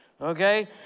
okay